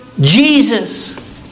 Jesus